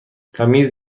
تمیز